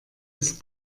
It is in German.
ist